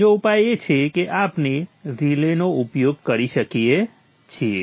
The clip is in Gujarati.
બીજો ઉપાય એ છે કે આપણે રિલેનો ઉપયોગ કરી શકીએ છીએ